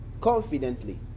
confidently